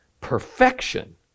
perfection